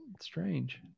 strange